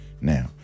Now